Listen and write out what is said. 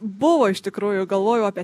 buvo iš tikrųjų galvojau apie